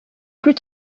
plus